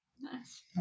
Nice